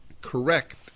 correct